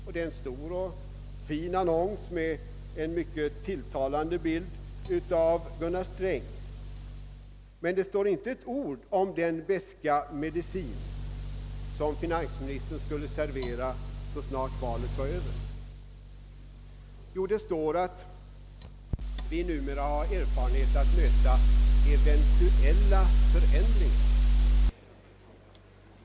Det är en stor och fin annons med en mycket tilltalande bild av Gunnar Sträng, men där står inte ett ord om den beska medicin som finansministern skulle servera så snart valet var över. Jo, det står att vi numera har erfarenhet att möta eventuella förändringar.